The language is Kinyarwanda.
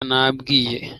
nabwiye